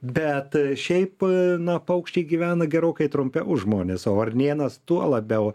bet šiaip na paukščiai gyvena gerokai trumpiau už žmones o varnėnas tuo labiau